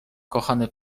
kochany